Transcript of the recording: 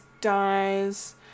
dies